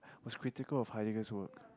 was critical of Heidegger's work